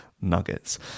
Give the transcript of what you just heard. nuggets